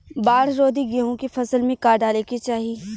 बाढ़ रोधी गेहूँ के फसल में का डाले के चाही?